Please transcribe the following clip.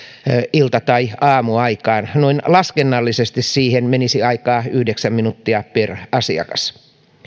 ilta tai aamuaikaan noin laskennallisesti siihen menisi aikaa yhdeksän minuuttia per asiakas